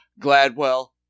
Gladwell